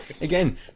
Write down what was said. again